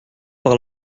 par